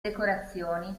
decorazioni